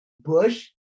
Bush